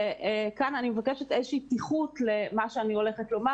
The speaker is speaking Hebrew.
ועכשיו אני מבקשת איזושהי פתיחות למה שאני מבקשת לומר.